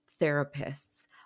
therapists